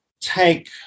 take